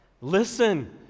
Listen